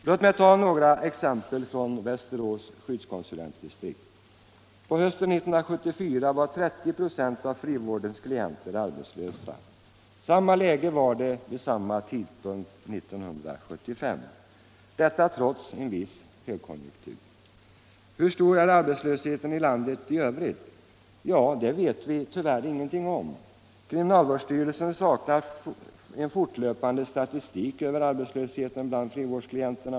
Låt mig ta några exempel från Västerås skyddskonsulentdistrikt. På hösten 1974 var 30 96 av frivårdens klienter arbetslösa. Samma läge var det vid samma tidpunkt 1975, detta trots en viss högkonjunktur. Hur stor är arbetslösheten i övrigt? Ja, det vet vi tyvärr inget om. Kriminalvårdsstyrelsen saknar en fortlöpande statistik över arbetslösheten bland frivårdsklienterna.